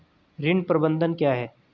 ऋण प्रबंधन क्या है?